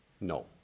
No